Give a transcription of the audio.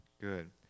Good